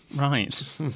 Right